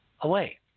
away